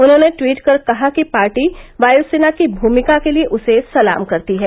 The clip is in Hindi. उन्होंने ट्वीट कर कहा कि पार्टी वायुसेना की भूमिका के लिए उसे सलाम करती है